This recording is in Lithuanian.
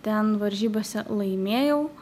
ten varžybose laimėjau